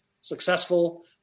successful